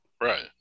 right